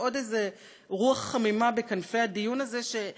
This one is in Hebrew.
עוד איזה רוח חמימה בכנפי הדיון הזה,